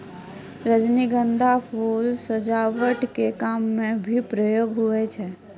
रजनीगंधा फूल सजावट के काम मे भी प्रयोग हुवै छै